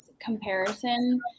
comparison